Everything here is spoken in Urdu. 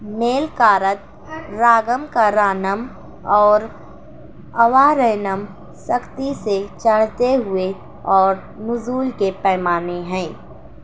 میل کارگ راگم کارانم اور اوارینم سختی سے چڑھتے ہوئے اور نزول کے پیمانے ہیں